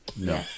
No